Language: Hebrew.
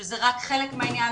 זה רק חלק מהעניין,